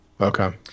okay